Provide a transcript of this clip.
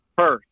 first